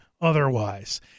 otherwise